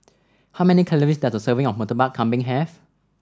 how many calories does a serving of Murtabak Kambing have